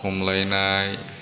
खमलायनाय